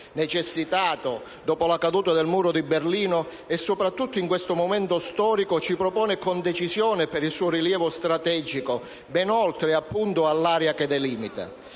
necessitato dalla caduta del muro di Berlino, soprattutto in questo momento storico, si propone con decisione per il suo rilievo strategico, ben oltre l'area che delimita.